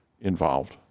involved